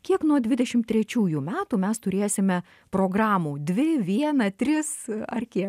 kiek nuo dvidešim trečiųjų metų mes turėsime programų dvi vieną tris ar kie